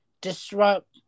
disrupt –